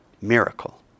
miracle